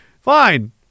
Fine